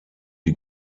die